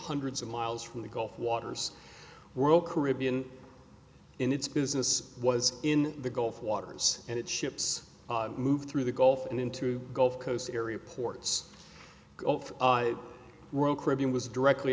hundreds of miles from the gulf waters were all caribbean in its business was in the gulf waters and it ships move through the gulf and into gulf coast area ports world caribbean was directly